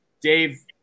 Dave